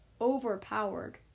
overpowered